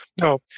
No